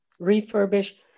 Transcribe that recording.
refurbish